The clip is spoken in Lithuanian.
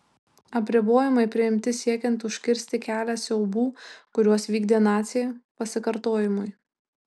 apribojimai priimti siekiant užkirsti kelią siaubų kuriuos vykdė naciai pasikartojimui